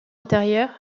intérieur